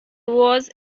was